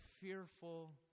fearful